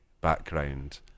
background